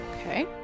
Okay